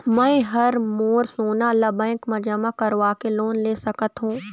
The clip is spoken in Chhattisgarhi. मैं हर मोर सोना ला बैंक म जमा करवाके लोन ले सकत हो?